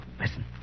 Listen